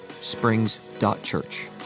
springs.church